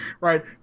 right